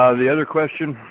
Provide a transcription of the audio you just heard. ah the other question?